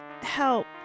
help